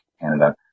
Canada